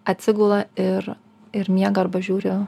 atsigula ir ir miega arba žiūri